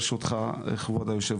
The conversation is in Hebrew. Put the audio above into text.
ברשותך, כבוד היושב-ראש.